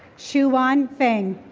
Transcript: shuwan phen.